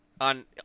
On